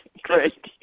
Great